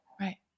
Right